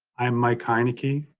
i am mike heinekey,